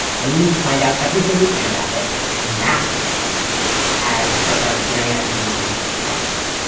and we need to find out everything we can about it and master it somehow as part of our grand enlightenment project.